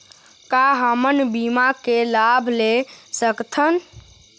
का हमन बीमा के लाभ ले सकथन?